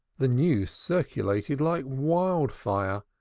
the news circulated like wild-fire,